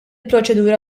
proċedura